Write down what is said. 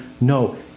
no